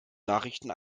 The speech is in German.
nachrichten